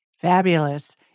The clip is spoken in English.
Fabulous